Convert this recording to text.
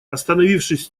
остановившись